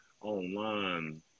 online